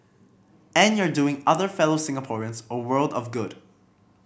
and you're doing other fellow Singaporeans a world of good